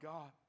God